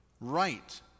right